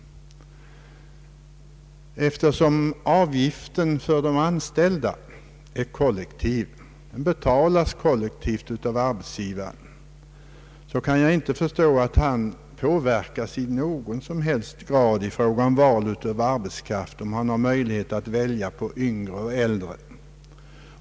Eftersom avgifterna för de anställda betalas kollektivt av arbetsgivaren, kan jag inte förstå att han skulle påverkas i någon som helst grad beträffande valet av arbetskraft, om han hade möjlighet att välja på yngre och äldre arbetskraft.